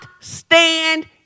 stand